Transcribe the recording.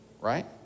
right